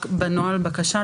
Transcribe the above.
בקשה.